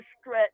stretch